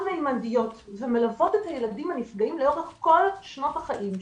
ממדיות ומלוות את הילדים הנפגעים לאורך כל שנות החיים שלהם.